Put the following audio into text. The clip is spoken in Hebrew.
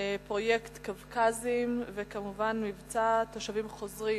פרויקט קווקזים, וכמובן, מבצע תושבים חוזרים.